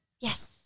Yes